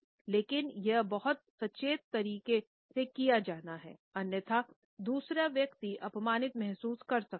लेकिन यह बहुत सचेत तरीके से किया जाना है अन्यथा दूसरा व्यक्ति अपमानित महसूस कर सकता है